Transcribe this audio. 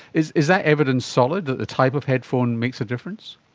is is that evidence solid, that the type of headphone makes a difference?